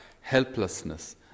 helplessness